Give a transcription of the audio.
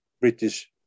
British